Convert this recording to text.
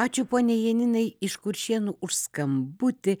ačiū poniai janinai iš kuršėnų už skambutį